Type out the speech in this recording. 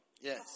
Yes